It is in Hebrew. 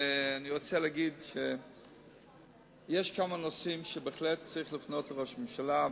רוצה להגיד שיש כמה נושאים שבהחלט צריך לפנות בהם לראש הממשלה,